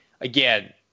again